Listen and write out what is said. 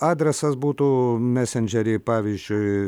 adresas būtų mesendžery pavyzdžiui